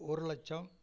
ஒரு லட்சம்